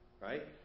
Right